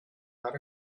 not